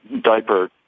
diaper